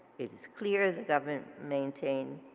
it's clear the government maintained,